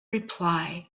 reply